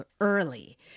early